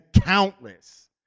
countless